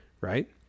right